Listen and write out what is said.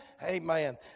Amen